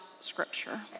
scripture